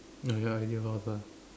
nah ya your new house ah